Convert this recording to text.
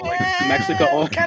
mexico